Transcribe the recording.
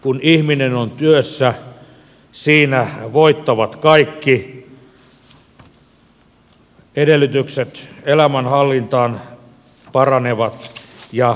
kun ihminen on työssä siinä voittavat kaikki edellytykset elämänhallintaan paranevat ja niin edelleen